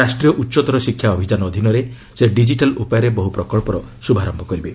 ରାଷ୍ଟ୍ରୀୟ ଉଚ୍ଚତର ଶିକ୍ଷା ଅଭିଯାନ ଅଧୀନରେ ସେ ଡିଜିଟାଲ୍ ଉପାୟରେ ବହୁ ପ୍ରକଳ୍ପର ଶୁଭାରମ୍ଭ କରିବେ